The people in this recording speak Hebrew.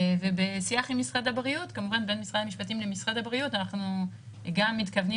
ובשיח בין משרד המשפטים למשרד הבריאות אנחנו גם מתכוונים